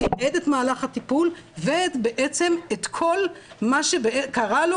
תיעד את מהלך הטיפול ובעצם מה שקרה לו